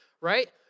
right